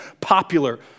popular